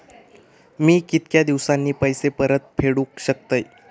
मी कीतक्या दिवसांनी पैसे परत फेडुक शकतय?